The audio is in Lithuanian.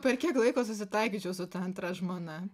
per kiek laiko susitaikyčiau su ta antra žmona